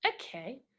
okay